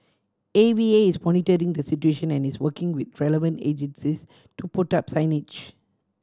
A V A is monitoring the situation and is working with relevant agencies to put up signage